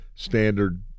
Standard